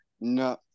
No